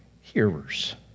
hearers